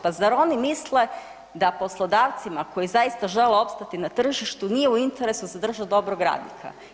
Pa zar oni misle da poslodavcima koji zaista žele opstati na tržištu nije u interesu zadržati dobrog radnika.